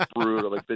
brutal